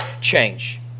change